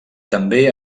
també